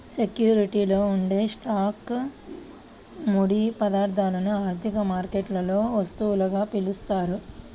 సెక్యూరిటీలలో ఉండే స్టాక్లు, ముడి పదార్థాలను ఆర్థిక మార్కెట్లలో వస్తువులుగా పిలుస్తారు